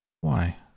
Why